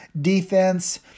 defense